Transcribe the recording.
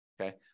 Okay